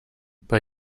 bei